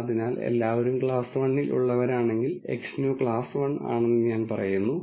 അതിനാൽ എല്ലാവരും ക്ലാസ്സ് 1 ൽ ഉള്ളവരാണെങ്കിൽ Xnew ക്ലാസ് 1 ആണെന്ന് ഞാൻ പറയുന്നു